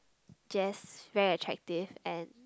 just very attractive and